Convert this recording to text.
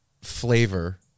flavor